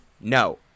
no